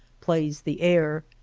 plays the air.